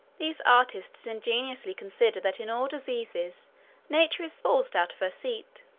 these artists ingeniously considering that in all diseases nature is forced out of her seat,